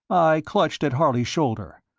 i clutched at harley's shoulder,